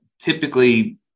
typically